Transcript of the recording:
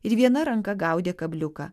ir viena ranka gaudė kabliuką